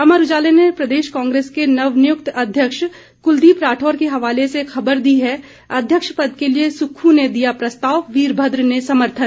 अमर उजाला ने प्रदेश कांग्रेस के नवनियुक्त अध्यक्ष कुलदीप राठौर के हवाले से खबर दी है अध्यक्ष पद के लिये सुक्खू ने दिया प्रस्ताव वीरभद्र ने समर्थन